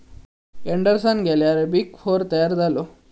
Anderson गेल्यार big four तयार झालो